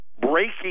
breaking